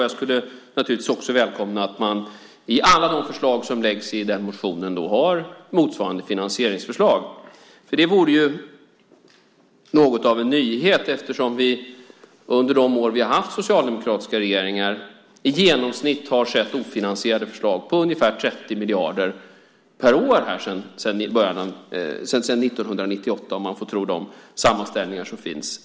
Jag skulle naturligtvis också välkomna om man i alla de förslag som läggs fram i den motionen har motsvarande finansieringsförslag. Det vore något av en nyhet, eftersom vi under de år vi har haft socialdemokratiska regeringar i genomsnitt har sett ofinansierade förslag på ungefär 30 miljarder per år sedan 1998, om man får tro de sammanställningar som finns.